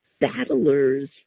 battlers